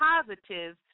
positive